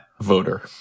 voter